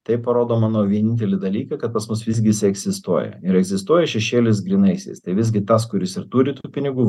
tai parodo manau vienintelį dalyką kad pas mus visgi jis egzistuoja ir egzistuoja šešėlis grynaisiais tai visgi tas kuris ir turi tų pinigų